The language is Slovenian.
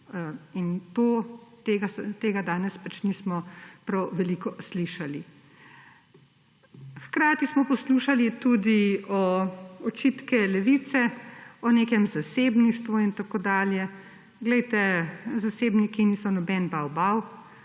in tega danes pač nismo prav veliko slišali. Hkrati smo poslušali tudi očitke Levice o nekem zasebništvu in tako dalje. Zasebniki niso noben bav bav.